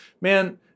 man